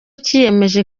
cyiyemeje